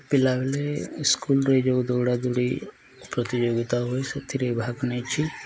ପିଲାବେଳେ ସ୍କୁଲରେ ଯୋଉ ଦୌଡ଼ା ଦୌଡ଼ି ପ୍ରତିଯୋଗିତା ହୁଏ ସେଥିରେ ଭାଗ ନେଇଛି